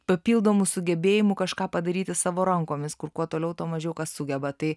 papildomų sugebėjimų kažką padaryti savo rankomis kur kuo toliau tuo mažiau kas sugeba tai